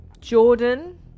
Jordan